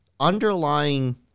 underlying